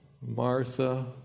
Martha